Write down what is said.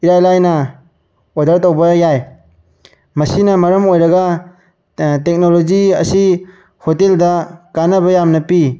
ꯏꯔꯥꯏ ꯂꯥꯏꯅ ꯑꯣꯗꯔ ꯇꯧꯕ ꯌꯥꯏ ꯃꯁꯤꯅ ꯃꯔꯝ ꯑꯣꯏꯔꯒ ꯇꯦꯛꯅꯣꯂꯣꯖꯤ ꯑꯁꯤ ꯍꯣꯇꯦꯜꯗ ꯀꯥꯟꯅꯕ ꯌꯥꯝꯅ ꯄꯤ